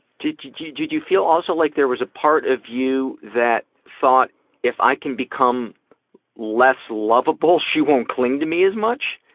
did you did you feel also like there was a part of you that thought if i can become less lovable, she won't cling to me as much'?